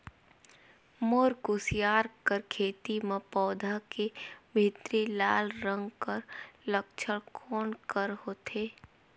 मोर कुसियार कर खेती म पौधा के भीतरी लाल रंग कर लक्षण कौन कर होथे?